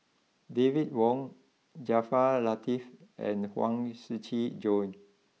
David Wong Jaafar Latiff and Huang Shiqi Joan